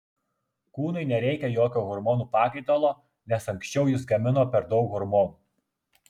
kūnui nereikia jokio hormonų pakaitalo nes anksčiau jis gamino per daug hormonų